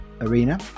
arena